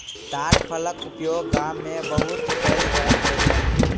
ताड़ फलक उपयोग गाम में बहुत कयल जाइत छल